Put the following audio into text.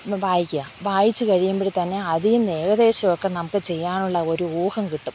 വായിക്കുക വായിച്ചു കഴിയുമ്പോൾ തന്നെ അതം ഏകദേശമൊക്കെ നമുക്ക് ചെയ്യാനുള്ള ഒരു ഊഹം കിട്ടും